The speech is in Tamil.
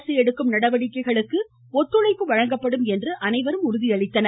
அரசு எடுக்கும் நடவடிக்கைகளுக்கு ஒத்துழைப்பு வழங்கப்படும் என்று அனைவரும் உறுதியளித்தனர்